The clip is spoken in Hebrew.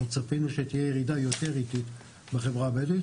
אנחנו מצפים שתהיה ירידה יותר איטית בחברה הבדואית,